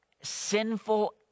sinful